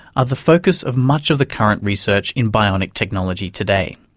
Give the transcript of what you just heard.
are the focus of much of the current research in bionic technology today.